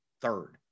third